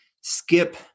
skip